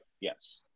Yes